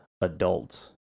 adults